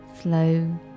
slow